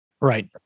Right